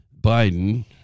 Biden